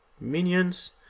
Minions